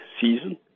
season